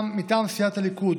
מטעם סיעת הליכוד,